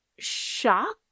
shock